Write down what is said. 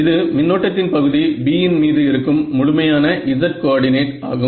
இது மின்னோட்டத்தின் பகுதி B இன் மீது இருக்கும் முழுமையான z கோஆர்டினேட் ஆகும்